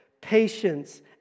patience